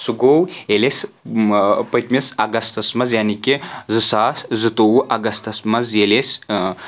سُہ گوٚو ییٚلہِ أسۍ پٔتمِس اگستس منٛز یعنے کہِ زٕ ساس زٕتووُہ اگستس منٛز ییٚلہِ أسۍ